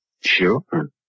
Sure